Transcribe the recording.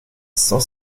cent